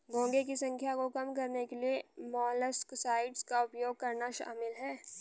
घोंघे की संख्या को कम करने के लिए मोलस्कसाइड्स का उपयोग करना शामिल है